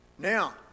Now